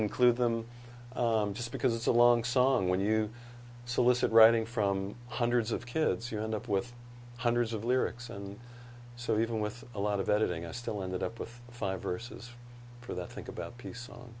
include them just because it's a long song when you solicit writing from hundreds of kids you end up with hundreds of lyrics and so even with a lot of editing i still ended up with five verses for the think about peace on